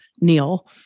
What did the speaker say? Neil